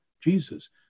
Jesus